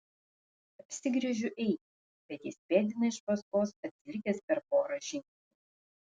apsigręžiu eiti bet jis pėdina iš paskos atsilikęs per porą žingsnių